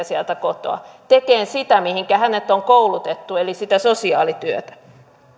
sieltä kotoa tekemään sitä mihinkä hänet on koulutettu eli sitä sosiaalityötä